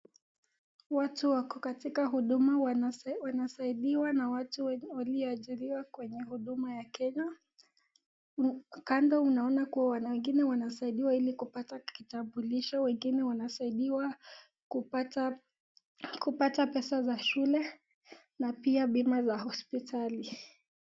watu wako katika huduma wanasaidiwa na watu walio ajiriwa kwenye huduma ya Kenya, kando unaona kuwa kuna wengine wanasaidiwa ilikupata kitambulisho, wengine wanasaidiwa kupata pesa za shule na pia bima la hosipitali.